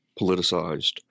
politicized